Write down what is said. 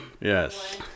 Yes